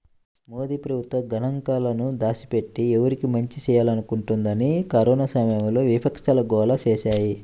మోదీ ప్రభుత్వం గణాంకాలను దాచిపెట్టి, ఎవరికి మంచి చేయాలనుకుంటోందని కరోనా సమయంలో విపక్షాలు గోల చేశాయి